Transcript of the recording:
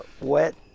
wet